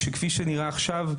שכפי שנראה עכשיו,